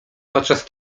podczas